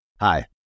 Hi